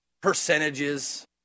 percentages